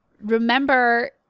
remember